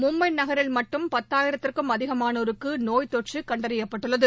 மும்பைநகரில் மட்டும் பத்தாயிரத்திற்கும் அதிகமானோருக்குநோய் தொற்றுகண்டறியப்பட்டுள்ளனது